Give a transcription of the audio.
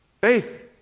Faith